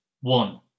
one